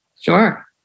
Sure